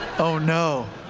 oh no.